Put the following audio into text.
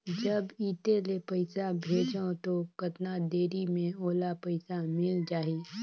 जब इत्ते ले पइसा भेजवं तो कतना देरी मे ओला पइसा मिल जाही?